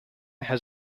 has